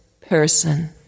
person